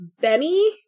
Benny